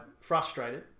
frustrated